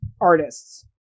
artists